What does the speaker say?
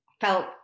felt